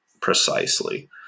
precisely